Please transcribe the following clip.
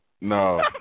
No